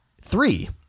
Three